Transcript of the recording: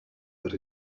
but